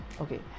okay